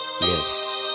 Yes